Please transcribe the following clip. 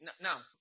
Now